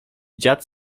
dziad